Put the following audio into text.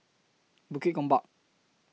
Bukit Gombak